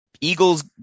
Eagles